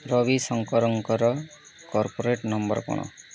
ରବିଶଙ୍କରଙ୍କର corporate number କ'ଣ